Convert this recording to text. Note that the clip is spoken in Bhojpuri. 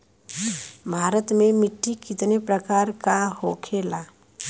भारत में मिट्टी कितने प्रकार का होखे ला?